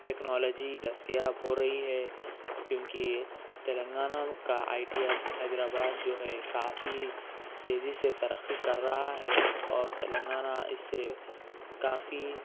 technology دستیاب ہو رہی ہے کیونکہ تلنگانہ کا آئی ٹی ہب حیدرآباد جو ہے کافی تیزی سے ترقی کر رہا ہے اور تلنگانہ اس سے کافی